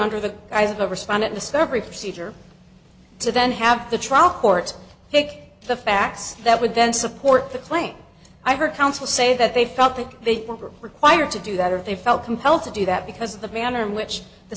under the guise of a respondent discovery procedure to then have the trial court take the facts that would then support the claim i heard counsel say that they felt that they were required to do that or they felt compelled to do that because of the manner in which the